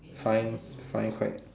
find find quite